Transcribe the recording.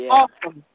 awesome